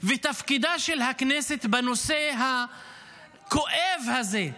ותפקידה של הכנסת בנושא הכואב הזה.